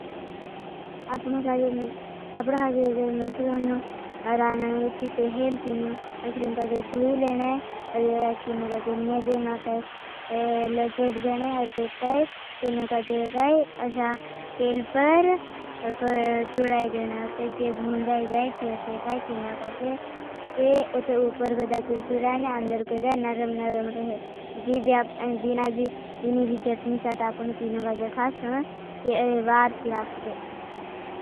अपनों काजे मैशिरोंनों रानानों है। तीपे हेल तीनों मैशिरों काजे दुही लेने। उते काई तीनों काजे मेदे मा काई लपेट देने, उते काई। तीनों काजे काई असा तेल पर तुडाए देने। उते उते उपर गज़ा कुर्कुर रहने अंदर गज़ा नरम नरम रहे। दीना भी चटनी साथ आपनों तीनों गज़ा खास हूँ ती वारत लागसे।